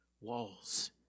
walls